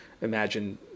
imagine